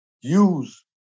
use